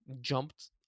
jumped